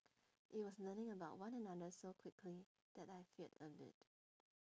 it was learning about one another so quickly that I feared a bit